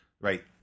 Right